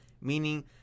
meaning